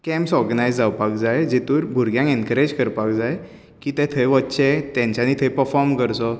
camps organise जावपाक जाय जितूंत भुरग्यांक एनकरेज करपाक जाय की ते थंय वचे तेंचानी थंय पर्फोम करचो